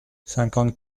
cinquante